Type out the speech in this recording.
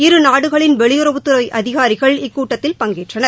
இரு நாடுகளின் வெளியுறவுத்துறை அதிகாரிகள் இக்கூட்டத்தில் பங்கேற்றனர்